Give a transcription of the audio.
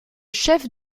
chef